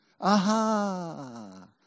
aha